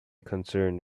concerned